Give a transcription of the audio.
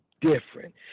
different